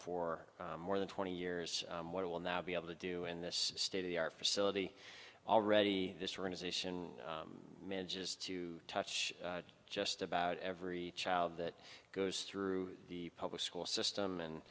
for more than twenty years what it will now be able to do in this state of the art facility already this organization manages to touch just about every child that goes through the public school system and